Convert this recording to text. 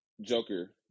Joker